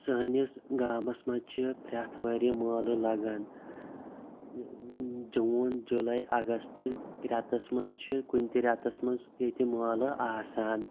سٲنِس گامَس منٛز چھِ پرٛتھ ؤری مٲلہٕ لَگَان جون جُلایی اَگَست ریٚتَس منٛز چھُ کُنہِ تہِ ریٚتَس منٛز ییٚتہِ مٲلہٕ آسان